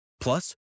Plus